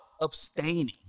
abstaining